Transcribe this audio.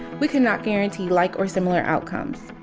we cannot guarantee like or similar outcomes.